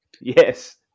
Yes